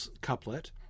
couplet